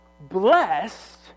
Blessed